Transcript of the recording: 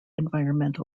environmental